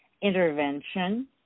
intervention